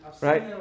right